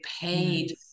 paid